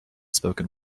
spoken